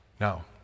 Now